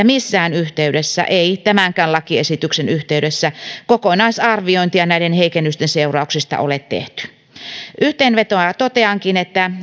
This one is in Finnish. missään yhteydessä tämänkään lakiesityksen yhteydessä kokonaisarviointia näiden heikennysten seurauksista ole tehty yhteenvetona toteankin että